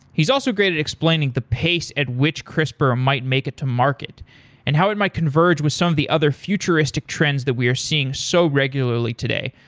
he's also great at explaining the pace at which crispr might make it to market and how it might converge with some of the other futuristic trends that we are seeing so regularly today.